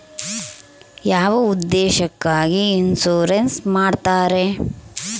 ಯಾವ ಉದ್ದೇಶಕ್ಕಾಗಿ ಇನ್ಸುರೆನ್ಸ್ ಮಾಡ್ತಾರೆ?